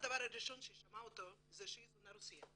הדבר הראשון כמעט שהיא שמעה היה שהיא זונה רוסייה.